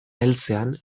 heltzean